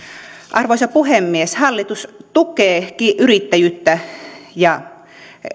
arvoisa puhemies hallitus tukee yrittäjyyttä ja